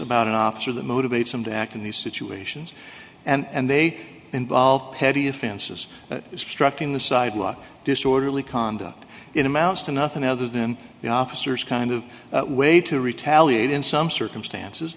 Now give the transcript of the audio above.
about an officer that motivates him to act in these situations and they involve petty offenses struck in the sidewalk disorderly conduct in amounts to nothing other than the officers kind of way to retaliate in some circumstances